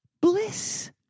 bliss